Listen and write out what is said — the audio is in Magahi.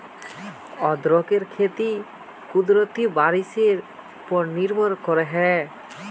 अदरकेर खेती कुदरती बारिशेर पोर निर्भर करोह